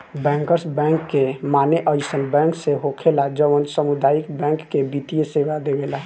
bankers bank के माने अइसन बैंक से होखेला जवन सामुदायिक बैंक के वित्तीय सेवा देला